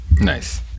Nice